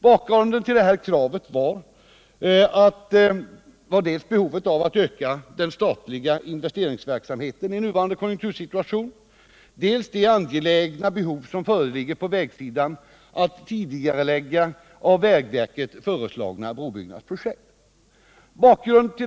Bakgrunden till detta krav var dels behovet av att öka den statliga investeringsverksamheten i nuvarande konjunktursituation, dels de angelägna behov som föreligger på vägsidan att tidigarelägga av vägverket föreslagna brobyggnadsprojekt.